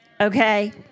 okay